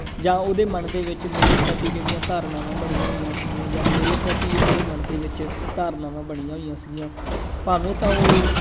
ਜਾਂ ਉਹਦੇ ਮਨ ਦੇ ਵਿੱਚ ਮੇਰੇ ਪ੍ਰਤੀ ਜਿਹੜੀਆਂ ਧਾਰਨਾਵਾਂ ਬਣੀਆਂ ਹੋਈਆਂ ਸੀਗੀਆਂ ਜਾਂ ਮੇਰੇ ਪ੍ਰਤੀ ਉਹਦੇ ਮਨ ਦੇ ਵਿੱਚ ਧਾਰਨਾਵਾਂ ਬਣੀਆਂ ਹੋਈਆਂ ਸੀਗੀਆਂ ਭਾਵੇਂ ਤਾਂ ਉਹ